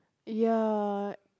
ya